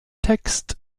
text